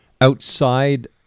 outside